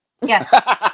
Yes